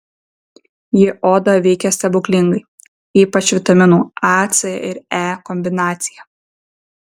jie odą veikia stebuklingai ypač vitaminų a c ir e kombinacija